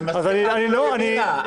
אני מסכים --- ימינה,